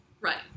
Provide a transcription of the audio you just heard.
Right